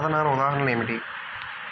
సాధనాల ఉదాహరణలు ఏమిటీ?